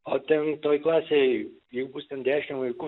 o ten toj klasėj jeigu bus ten dešim vaikų